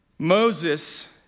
Moses